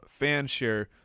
Fanshare